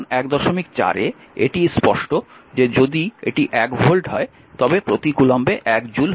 অতএব সমীকরণ 14 এ এটি স্পষ্ট যে যদি এটি 1 ভোল্ট হয় তবে প্রতি কুলম্বে 1 জুল হবে